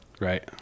Right